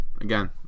again